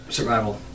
Survival